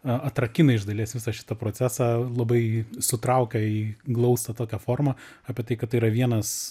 a atrakina iš dalies visą šitą procesą labai sutraukia į glaustą tokią formą apie tai kad tai yra vienas